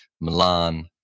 Milan